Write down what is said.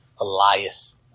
Elias